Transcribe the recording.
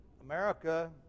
America